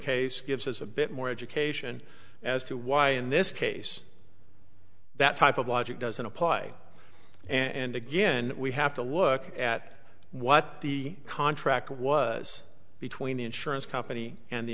case gives us a bit more education as to why in this case that type of logic doesn't apply and again we have to look at what the contract was between the insurance company and the